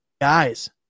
guys